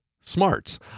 smarts